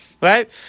Right